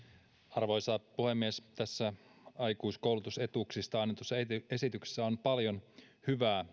arvoisa puhemies tässä aikuiskoulutusetuuksista annetussa esityksessä on paljon hyvää